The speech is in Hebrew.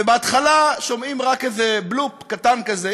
ובהתחלה שומעים רק איזה "בלופ" קטן כזה,